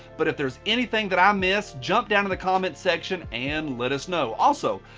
but if there's anything that i missed, jump down to the comment section and let us know. also,